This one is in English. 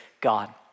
God